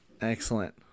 Excellent